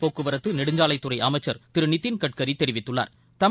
போக்குவரத்து நெடுஞ்சாலைத்துறை அமைச்சா் திரு நிதின்கட்கரி தெரிவித்துள்ளாா்